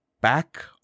back